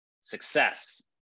success